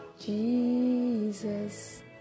Jesus